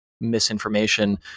Misinformation